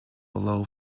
below